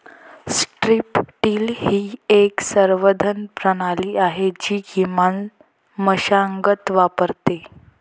strip till ही एक संवर्धन प्रणाली आहे जी किमान मशागत वापरते